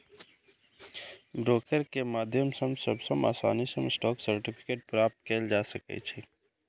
broker के माध्यम सं सबसं आसानी सं स्टॉक सर्टिफिकेट प्राप्त कैल जा सकै छै